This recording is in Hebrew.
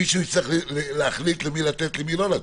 מישהו יצטרך להחליט למי לתת ולמי לא לתת.